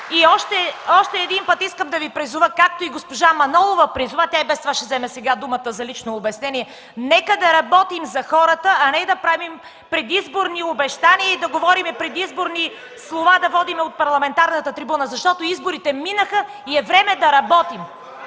И още веднъж искам да Ви призова, както и госпожа Манолова призова – тя и без това ще вземе думата сега за лично обяснение – нека да работим за хората, а не да правим предизборни обещания и да говорим предизборни слова от парламентарната трибуна. Изборите минаха и е време да работим.